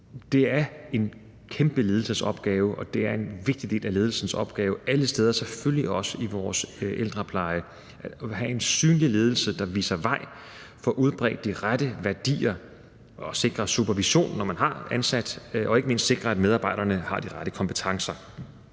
Det er en kæmpe ledelsesopgave, og det er en vigtig del af ledelsens opgave alle steder, selvfølgelig også i vores ældrepleje, at have en synlig ledelse, der viser vej og får udbredt de rette værdier og sikrer supervision, når man har ansat en medarbejder, og ikke mindst sikrer, at medarbejderne har de rette kompetencer.